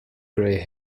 grey